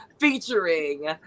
featuring